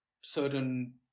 certain